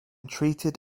treated